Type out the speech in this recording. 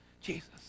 Jesus